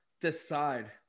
decide